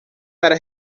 para